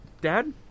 dad